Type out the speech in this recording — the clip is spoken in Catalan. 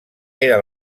era